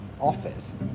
office